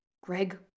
Greg